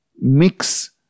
mix